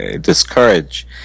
discourage